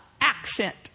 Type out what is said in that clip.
accent